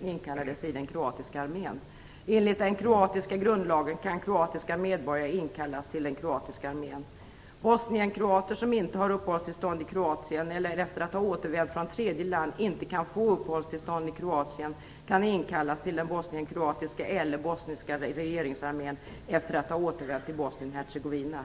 inkallades i den kroatiska armén. Enligt den kroatiska grundlagen kan kroatiska medborgare inkallas till den kroatiska armén. Kroatien eller efter att ha återvänt från tredje land inte kunnat få uppehållstillstånd i Kroatien kan inkallas till den bosnienkroatiska eller bosniska regeringsarmén efter att ha återvänt till Bosnien-Herzegovina."